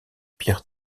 pierre